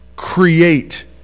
create